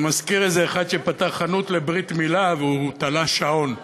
זה מזכיר איזה אחד שפתח חנות לברית מילה ותלה שעון בחוץ.